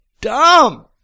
dumb